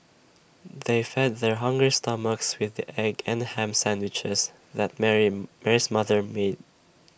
they fed their hungry stomachs with the egg and Ham Sandwiches that Mary Mary's mother made